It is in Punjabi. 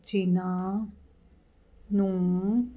ਚਿੰਨ੍ਹਾਂ ਨੂੰ